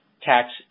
tax